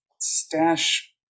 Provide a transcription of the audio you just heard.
stash